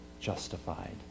justified